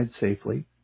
safely